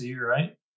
right